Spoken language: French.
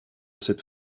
cette